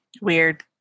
weird